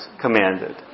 commanded